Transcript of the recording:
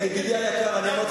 פה מנהיג,